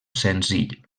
senzill